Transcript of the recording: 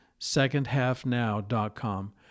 secondhalfnow.com